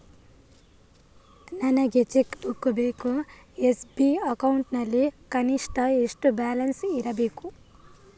ನನಗೆ cheque book ಬೇಕು SB account ನಲ್ಲಿ ಕನಿಷ್ಠ ಎಷ್ಟು ಬ್ಯಾಲೆನ್ಸ್ ಇರಬೇಕು?